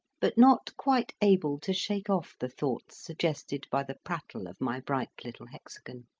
but not quite able to shake off the thoughts suggested by the prattle of my bright little hexagon.